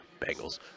Bengals